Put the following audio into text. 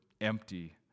empty